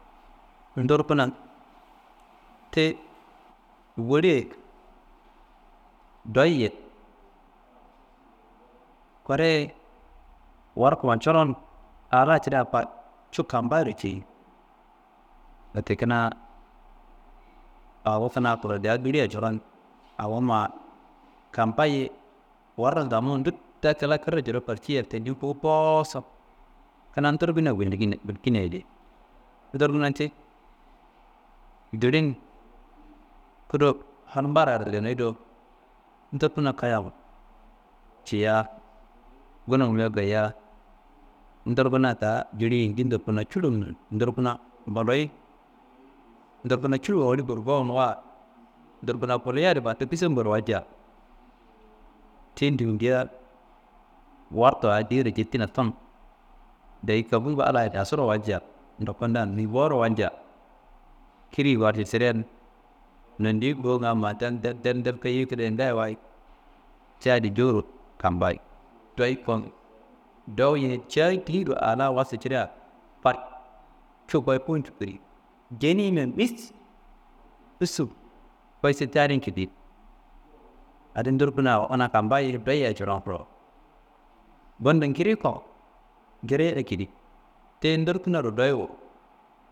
Nderkuna ti woliyi ye, doyi ye, koreye warkuma corone a la cire farcu kampayiro ceyi. Wette kuna awo kuridiya diya coron awo ma kampayi ye, warum tamuwu ndutta kla kirro cada farceia tendi nguwu kooso kena nderkina gullukina gulkinayedi nderikina ti ndilin tudu hal mbararo leneyi do nderkina kayawo ciya gono mio gaya nderkin ta jili yindi nderkuna culummi n nderkuna mbuliyi n, nderkuna culum woli gurgowu nuwa ndorkuna mbuliyadi laku ti samburo walca ti dunde wartu ti awo jettina tunnu deyi kofungu Allaye dasuro walca ndokondan nuyi boro walcia kiriyi warcu side n nondiyi ngowunga n ma den den den den kayeyi kidaya ngayeyi wayi ti adi jowuro kampayi doyi ye cayi teyiro a la wasu cira farcu koyi fuwun cukiri jenima missu koyi citi adin kidayi adi ndorkuna ana kampayi ye doyi yea coron koro. Bundo ngiri ko, ngiriye ekedi tiye ndorkunaro doyiwo